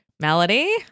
Melody